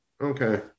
Okay